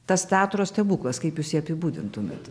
tas teatro stebuklas kaip jūs jį apibūdintumėt